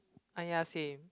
I ask him